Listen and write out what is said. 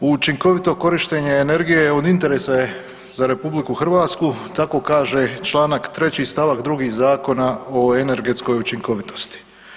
Učinkovito korištenje energije od interesa je za RH tako kaže čl. 3. st. 2. Zakona o energetskoj učinkovitosti.